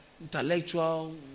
intellectual